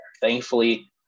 thankfully